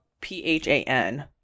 P-H-A-N